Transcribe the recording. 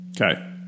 Okay